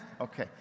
okay